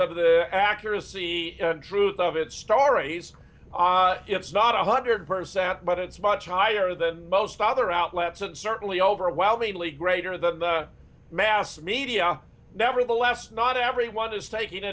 because of the accuracy truth of it stories it's not one hundred per cent but it's much higher than most other outlets and certainly overwhelmingly greater than the mass media nevertheless not everyone is taking